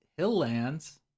Hilllands